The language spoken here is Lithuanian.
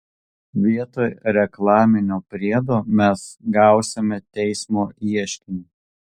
vietoj reklaminio priedo mes gausime teismo ieškinį